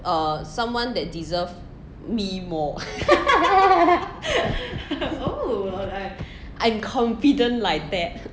err someone that deserve me more I'm confident like that